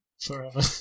forever